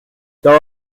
there